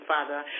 Father